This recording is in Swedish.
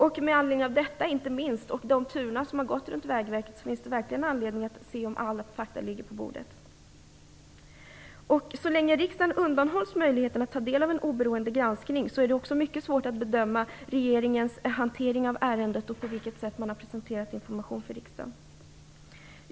Inte minst med anledning av detta och de turer som har förekommit inom Vägverket finns det verkligen skäl att undersöka om alla fakta ligger på bordet. Så länge riksdagen undanhålls möjligheten att ta del av en oberoende granskning är det också mycket svårt att bedöma regeringens hantering av ärendet och på vilket sätt man har presenterat information för riksdagen.